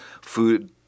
food